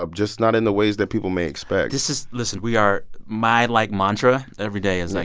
just not in the ways that people may expect this is listen. we are my, like, mantra every day is, like,